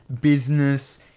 business